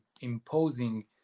Imposing